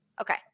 Okay